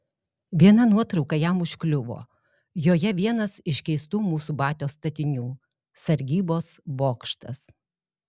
viena nuotrauka jam užkliuvo joje vienas iš keistų mūsų batios statinių sargybos bokštas